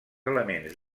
elements